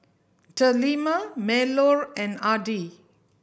Delima Melur and Adi